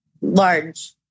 Large